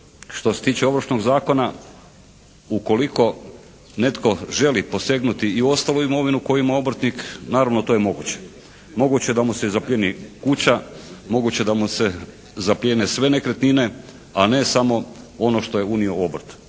što se tiče Ovršnog zakona ukoliko netko želi posegnuti i u ostalu imovinu koju ima obrtnik, naravno to je moguće. Moguće je da mu se zaplijeni kuća, moguće je da mu se zaplijene sve nekretnine a ne samo ono što je unio u obrt.